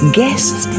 guests